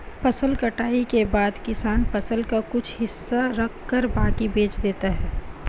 फसल कटाई के बाद किसान फसल का कुछ हिस्सा रखकर बाकी बेच देता है